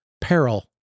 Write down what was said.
peril